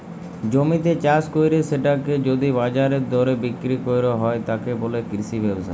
জমিতে চাস কইরে সেটাকে যদি বাজারের দরে বিক্রি কইর হয়, তাকে বলে কৃষি ব্যবসা